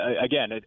Again